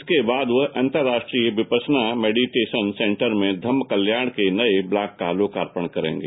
इसके बाद वह अन्तर्राष्ट्रीय विपशना मेडिटेशन सेन्टर में धम्म कल्याण के नए ब्लॉक का लोकार्पण करेंगे